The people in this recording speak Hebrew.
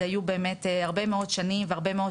היו באמת הרבה מאוד שנים והרבה מאוד